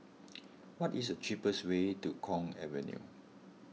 what is the cheapest way to Kwong Avenue